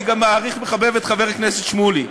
אני גם מעריך ומחבב את חבר הכנסת שמולי.